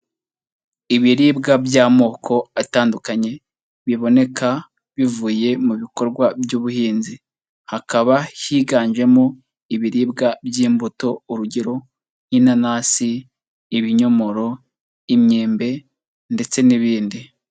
Ibiribwa by'amoko atandukanye biboneka bivuye mu bikorwa by'ubuhinzi, hakaba higanjemo ibiribwa by'imbuto urugero nk'inanasi, ibinyomoro imyembe ndetse n'ibindi.